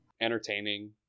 entertaining